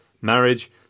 marriage